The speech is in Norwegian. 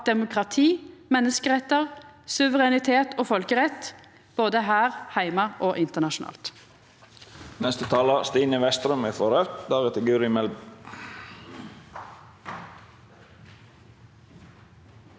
demokrati, menneskerettar, suverenitet og folkerett – både her heime og internasjonalt.